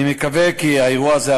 אני מקווה כי האירוע הזה,